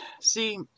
see